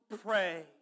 pray